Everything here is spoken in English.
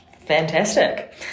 Fantastic